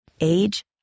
Age